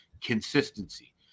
consistency